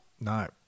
no